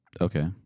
Okay